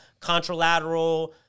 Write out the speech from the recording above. contralateral